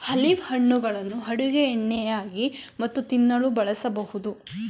olive ಹಣ್ಣುಗಳನ್ನು ಅಡುಗೆ ಎಣ್ಣೆಯಾಗಿ ಮತ್ತು ತಿನ್ನಲು ಬಳಸಬೋದು